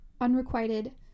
unrequited